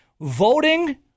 voting